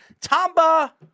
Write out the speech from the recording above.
Tamba